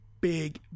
big